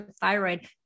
thyroid